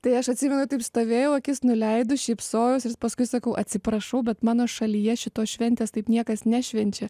tai aš atsimenu taip stovėjau akis nuleidus šypsojaus ir paskui sakau atsiprašau bet mano šalyje šitos šventės taip niekas nešvenčia